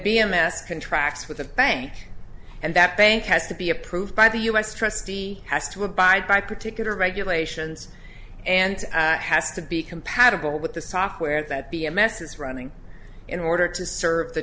s contracts with the bank and that bank has to be approved by the u s trustee has to abide by particular regulations and has to be compatible with the software that b m s is running in order to serve the